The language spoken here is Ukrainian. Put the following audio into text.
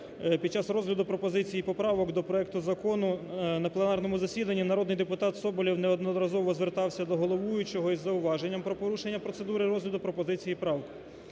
під час розгляду пропозицій і поправок до проекту закону на пленарному засіданні народний депутат Соболєв неодноразово звертався до головуючого із зауваженням про порушення процедури розгляду пропозицій і правок.